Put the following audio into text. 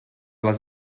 les